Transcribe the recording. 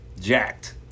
jacked